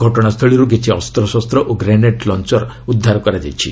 ଘଟଣାସ୍ଥଳୀରୁ କିଛି ଅସ୍ତ୍ରଶସ୍ତ ଓ ଗ୍ରେନେଡ୍ ଲଞ୍ଚର୍ ଉଦ୍ଧାର କରାଯାଇଛି